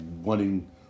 wanting